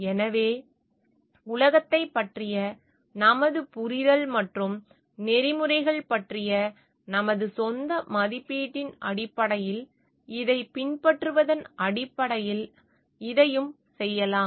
எனவே உலகத்தைப் பற்றிய நமது புரிதல் மற்றும் நெறிமுறைகள் பற்றிய நமது சொந்த மதிப்பீட்டின் அடிப்படையில் இதைப் பின்பற்றுவதன் அடிப்படையில் இதையும் செய்யலாம்